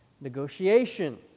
negotiation